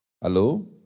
Hello